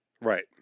Right